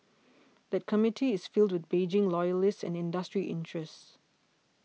that committee is filled with Beijing loyalists and industry interests